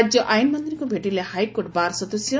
ରାଜ୍ୟ ଆଇନ ମନ୍ତୀଙ୍କୁ ଭେଟିଲେ ହାଇକୋର୍ଟ ବାର୍ ସଦସ୍ୟ